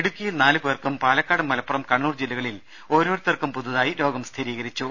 ഇടുക്കിയിൽ നാല് പേർക്കും പാലക്കാട് മലപ്പുറം കണ്ണൂർ ജില്ലകളിൽ ഓരോരുത്തർക്കും പുതുതായി രോഗം സ്ഥിരീകരിച്ചു